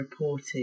reported